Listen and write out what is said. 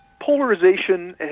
polarization